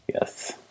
Yes